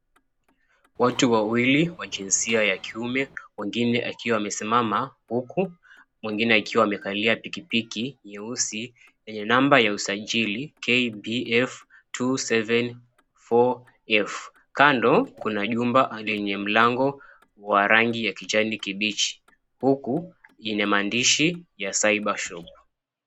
Watu wawili wa jinsia ya kiume mwengine akiwa amesimama huku mwengine akiwa amekalia pikipiki nyeusi yenye namba ya usajili, KBF 274f. Kando kuna jumba lenye mlango wa rangi ya kijani kibichi huku ina maandishi ya, Cyber Shop.